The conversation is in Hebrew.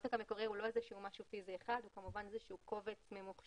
העותק המקורי הוא לא משהו פיזי אחד אלא הוא כמובן איזשהו קובץ ממוחשב.